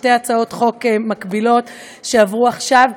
שתי הצעות חוק מקבילות שעברו עכשיו.